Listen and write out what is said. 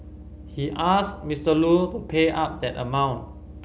he asked Mister Lu to pay up that amount